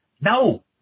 No